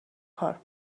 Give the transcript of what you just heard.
کار